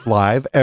live